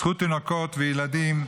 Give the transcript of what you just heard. זכות תינוקות וילדים,